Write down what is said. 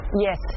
Yes